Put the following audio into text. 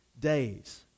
days